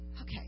Okay